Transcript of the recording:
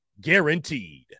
Guaranteed